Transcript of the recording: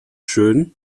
schön